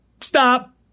stop